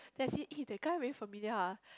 then I see eh the guy very familiar [huh]